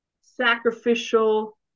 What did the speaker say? sacrificial